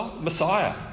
Messiah